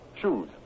Shoes